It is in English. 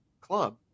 club